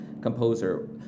composer